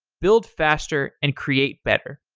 build faster and create better.